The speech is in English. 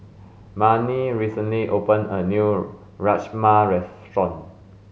Marni recently opened a new Rajma restaurant